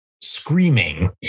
screaming